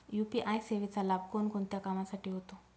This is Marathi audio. यू.पी.आय सेवेचा लाभ कोणकोणत्या कामासाठी होतो?